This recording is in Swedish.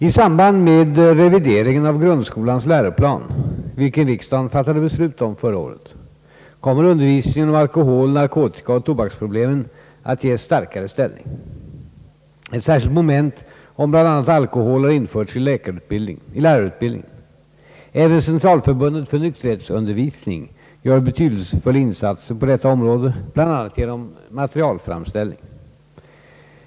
I sammand med revideringen av grundskolans läroplan — vilken riksdagen fattade beslut om förra året — kommer undervisningen om alkohol-, narkotikaoch tobaksproblemen att ges starkare ställning. Ett särskilt moment om bl.a. alkohol har införts i lärarutbildningen. Även Centralförbundet för nykterhetsundervisning gör betydelsefulla insatser på detta område, bl.a. genom materialframställning.